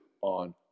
on